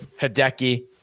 Hideki